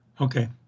Okay